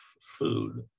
food